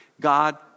God